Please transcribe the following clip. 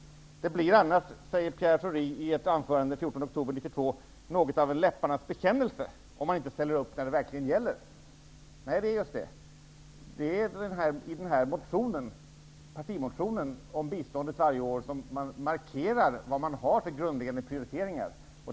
Det blir, säger Pierre Schori i ett anförande den 14 oktober 1992, något av en läpparnas bekännelse om man inte ställer upp när det verkligen gäller. Just det! Det är i partimotionen om biståndet varje år som man markerar vad man har för grundläggande prioriteringar.